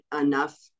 enough